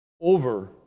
over